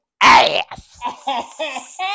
ass